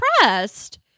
impressed